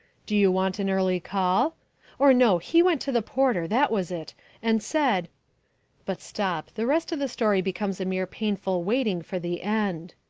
do you want an early call or no, he went to the porter that was it and said but stop. the rest of the story becomes a mere painful waiting for the end.